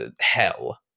hell